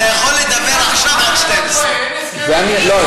אתה יכול לדבר עכשיו עד 24:00. לא,